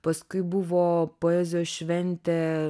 paskui buvo poezijos šventė